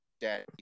daddy